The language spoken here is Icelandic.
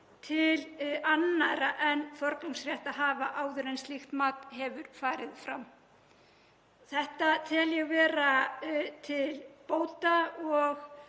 til annarra en forgangsréttarhafa áður en slíkt mat hefur farið fram. Þetta tel ég vera til bóta og